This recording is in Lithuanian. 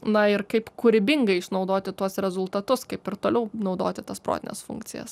na ir kaip kūrybingai išnaudoti tuos rezultatus kaip ir toliau naudoti tas protines funkcijas